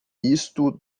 isto